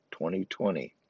2020